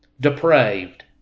depraved